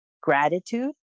gratitude